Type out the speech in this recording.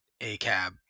ACAB